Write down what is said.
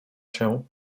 się